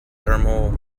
thermal